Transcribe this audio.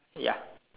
ya